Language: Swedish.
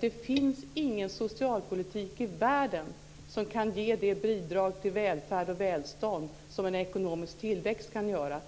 det finns ingen socialpolitik i världen som kan ge det bidrag till välfärd och välstånd som en ekonomisk tillväxt kan göra.